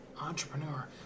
entrepreneur